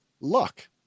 luck